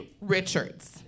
Richard's